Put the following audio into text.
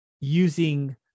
using